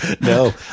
No